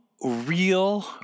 real